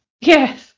Yes